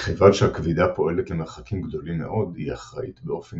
מכיוון שהכבידה פועלת למרחקים גדולים מאוד היא אחראית באופן